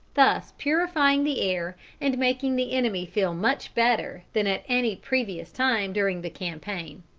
thus purifying the air and making the enemy feel much better than at any previous time during the campaign.